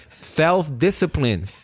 self-discipline